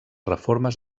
reformes